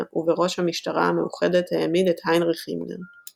ובראש המשטרה המאוחדת העמיד את היינריך הימלר.